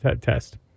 test